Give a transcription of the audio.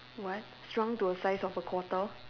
what shrunk to a size of a quarter